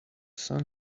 sun